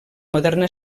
moderna